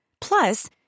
Plus